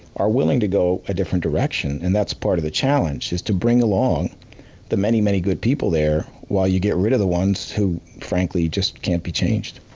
are willing to go a different direction. and that's part of the challenge is to bring along the many, many good people there while you get rid of the ones who frankly just can't be changed.